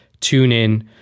TuneIn